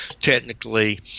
technically